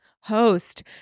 host